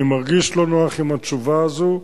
אני מרגיש לא נוח עם התשובה הזאת,